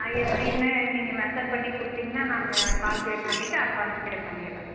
எப்படின்னு நீங்கள் மெசர் பண்ணி கொடுத்தீங்கன்னா நான் கால்குலேட் பண்ணிவிட்டு அட்வான்ஸ் பே பண்ணிவிடுறேன்